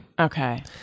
Okay